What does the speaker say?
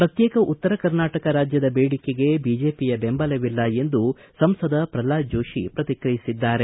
ಪ್ರತ್ಯೇಕ ಉತ್ತರ ಕರ್ನಾಟಕ ರಾಜ್ಯದ ಬೇಡಿಕೆಗೆ ಬಿಜೆಪಿಯ ಬೆಂಬಲವಿಲ್ಲ ಎಂದು ಸಂಸದ ಪ್ರಲ್ನಾದ ಜೋಶಿ ಪ್ರತಿಕ್ರಿಯಿಸಿದ್ದಾರೆ